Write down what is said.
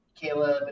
Caleb